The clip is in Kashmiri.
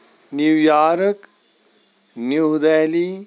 new York New Delhi